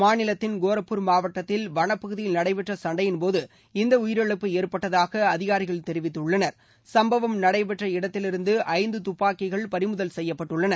மாநிலத்தின் கோராப்பூர் மாவட்டத்தில் வனப்பகுதியில் நடைபெற்ற சண்டையின்போது இந்த உயிரிழப்பு ஏற்பட்டதாக அதிகாரிகள் தெரிவித்துள்ளனர் சுப்பவம் நடைபெற்ற இடத்திலிருந்து ஐந்து துப்பாகிகள் பறிமுதல் செய்யப்பட்டுள்ளது